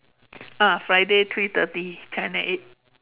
ah Friday three thirty channel eight